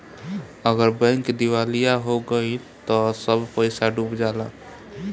अगर बैंक दिवालिया हो गइल त सब पईसा डूब जाला